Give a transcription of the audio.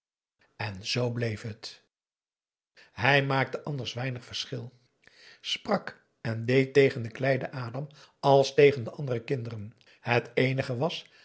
en z bleef het hij maakte anders weinig verschil sprak en deed tegen den kleinen adam als tegen de andere kinderen het eenige was